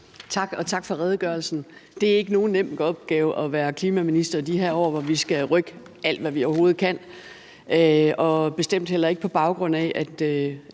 tak for redegørelsen. Det er ikke nogen nem at opgave at være klimaminister i de her år, hvor vi skal rykke alt, hvad vi overhovedet kan, og bestemt heller ikke på baggrund af, at